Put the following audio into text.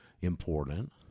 important